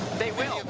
they will.